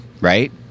Right